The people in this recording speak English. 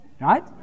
Right